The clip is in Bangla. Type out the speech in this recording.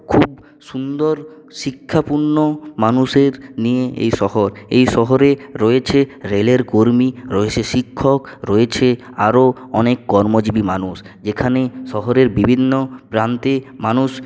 খুব সুন্দর শিক্ষাপূর্ণ মানুষের নিয়ে এই শহর এই শহরে রয়েছে রেলের কর্মী রয়েছে শিক্ষক রয়েছে আরও অনেক কর্মজীবী মানুষ এখানে শহরের বিভিন্ন প্রান্তে মানুষ